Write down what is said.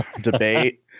debate